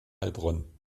heilbronn